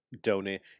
donate